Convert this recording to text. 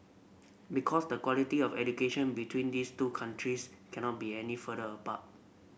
because the quality of education between these two countries cannot be any further apart